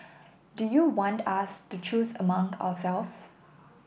do you want us to choose among ourselves